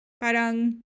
Parang